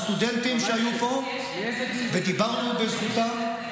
הסטודנטים שהיו פה ודיברנו פה בזכותם,